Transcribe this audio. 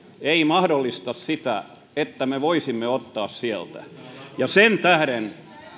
ei mahdollista sitä että me voisimme ottaa sieltä sen tähden